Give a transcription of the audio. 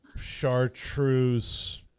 chartreuse